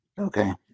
okay